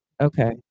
Okay